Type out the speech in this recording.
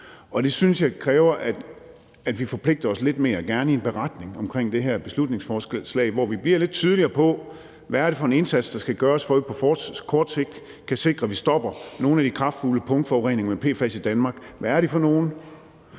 jeg kræver, at vi forpligter os lidt mere, gerne i en beretning omkring det her beslutningsforslag, hvor vi gør det lidt tydeligere, hvad det er for en indsats, der skal gøres, for at vi på kort sigt kan sikre, at vi stopper nogle af de kraftfulde punktforureninger med PFAS i Danmark, og hvad det er for nogle,